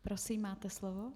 Prosím, máte slovo.